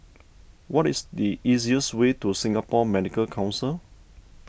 what is the easiest way to Singapore Medical Council